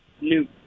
New